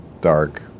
dark